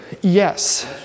Yes